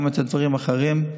וגם דברים אחרים,